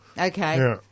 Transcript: Okay